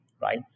right